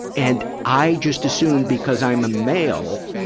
and i just assumed because i'm a male,